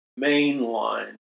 mainline